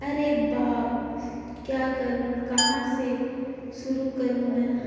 ارے باپ کیا کروں کہاں سے سروع کروں میں